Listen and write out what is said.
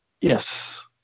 Yes